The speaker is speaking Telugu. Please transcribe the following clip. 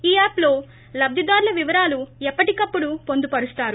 ఈ యాప్లో లబ్గిదారుల వివరాలు ఎప్పటికపుడు పొందుపరుస్తారు